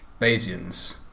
Bayesians